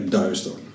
duister